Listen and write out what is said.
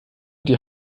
die